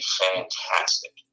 fantastic